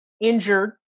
injured